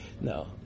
no